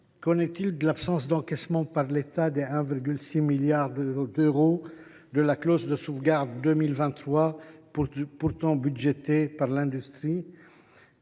Qu’en est il de l’absence d’encaissement par l’État des 1,6 milliard d’euros de la clause de sauvegarde 2023, pourtant budgétée par l’industrie ?